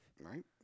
Right